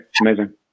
amazing